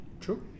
true